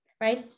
right